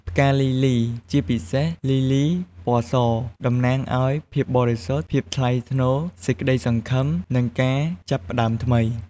ផ្កាលីលី ជាពិសេសលីលីពណ៌ស តំណាងឲ្យ ភាពបរិសុទ្ធ ភាពថ្លៃថ្នូរ សេចក្តីសង្ឃឹម និង ការចាប់ផ្តើមថ្មី។